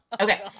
okay